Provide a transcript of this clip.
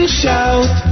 shout